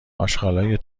آشغالای